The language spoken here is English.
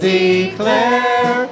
declare